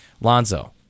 Lonzo